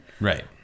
Right